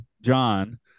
john